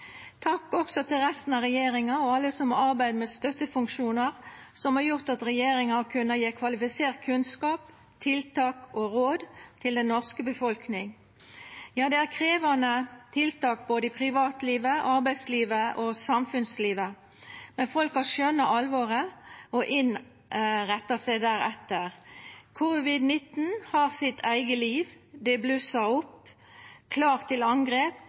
Takk også til resten av regjeringa og alle som har arbeidd med støttefunksjonar, som har gjort at regjeringa har kunna gje kvalifisert kunnskap, tiltak og råd til den norske befolkninga. Ja, det er krevjande tiltak både i privatlivet, arbeidslivet og samfunnslivet, men folk har skjøna alvoret og innretta seg deretter. Covid-19 har sitt eige liv; det blussar opp, klar til angrep,